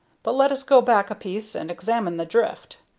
but let us go back a piece and examine the drift.